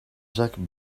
jacques